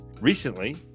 Recently